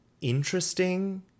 interesting